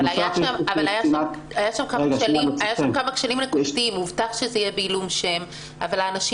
אבל היו שם כמה כשלים: הובטח שזה יהיה בעילום שם אבל האנשים